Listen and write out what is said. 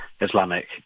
Islamic